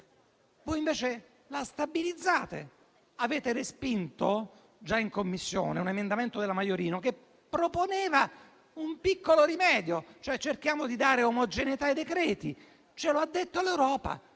Voi invece la stabilizzate. Avete respinto già in Commissione un emendamento della senatrice Maiorino che proponeva un piccolo rimedio, cercando di dare omogeneità ai decreti-legge. Ce lo ha detto l'Europa.